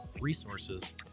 resources